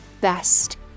best